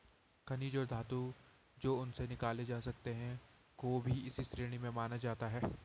खनिज और धातु जो उनसे निकाले जा सकते हैं को भी इसी श्रेणी में माना जाता है